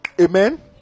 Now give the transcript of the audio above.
Amen